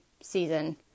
season